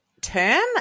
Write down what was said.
term